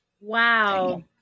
Wow